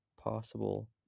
possible